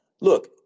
look